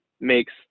makes